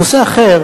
נושא אחר,